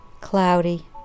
cloudy